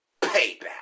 Payback